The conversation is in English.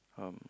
um